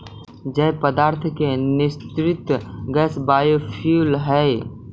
जैव पदार्थ के निःसृत गैस बायोफ्यूल हई